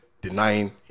denying